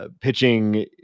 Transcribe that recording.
pitching